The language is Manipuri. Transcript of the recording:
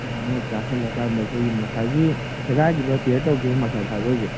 ꯆꯥꯁꯜꯂꯀꯥꯟꯗ ꯑꯩꯈꯣꯏꯒꯤ ꯉꯁꯥꯏꯒꯤ ꯁꯦꯒꯥꯏꯈꯤꯕ ꯇꯤꯌꯔ ꯇꯧꯒꯤꯕ ꯃꯁꯜ ꯐꯥꯏꯕꯔꯁꯦ